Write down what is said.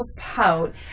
pout